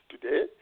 today